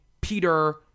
Peter